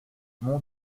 mon